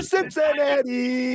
Cincinnati